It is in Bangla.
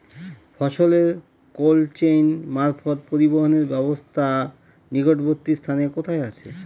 ফসলের কোল্ড চেইন মারফত পরিবহনের ব্যাবস্থা নিকটবর্তী স্থানে কোথায় আছে?